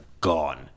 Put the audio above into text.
gone